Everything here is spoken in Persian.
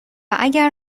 اگر